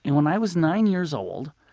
and when i was nine years old,